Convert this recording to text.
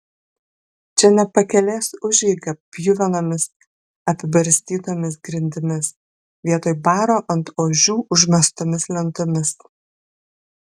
čia ne pakelės užeiga pjuvenomis apibarstytomis grindimis vietoj baro ant ožių užmestomis lentomis